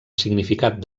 significat